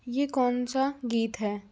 ये कौन सा गीत है